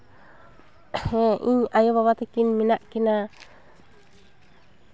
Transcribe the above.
ᱦᱮᱸ ᱤᱧ ᱟᱭᱚ ᱵᱟᱵᱟ ᱛᱟᱹᱠᱤᱱ ᱢᱮᱱᱟᱜ ᱠᱤᱱᱟ